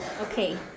Okay